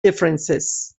differences